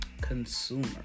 consumer